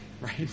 right